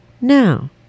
now